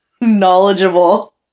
knowledgeable